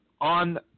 on